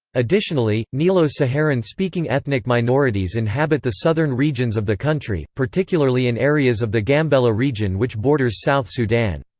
additionally, nilo-saharan-speaking ethnic minorities inhabit the southern regions of the country, particularly in areas of the gambela region which borders south sudan.